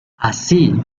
así